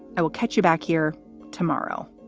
i will catch you back here tomorrow